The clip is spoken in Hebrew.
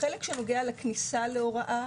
בחלק שנוגע לכניסה להוראה